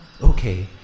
okay